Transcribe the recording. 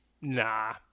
Nah